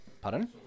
pardon